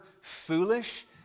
foolish